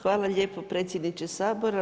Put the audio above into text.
Hvala lijepo predsjedniče Sabora.